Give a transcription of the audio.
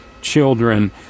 children